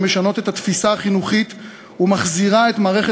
שמשנות את התפיסה החינוכית ומחזירות את מערכת